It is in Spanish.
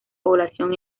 población